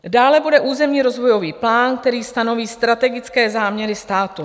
Dále bude územní rozvojový plán, který stanoví strategické záměry státu.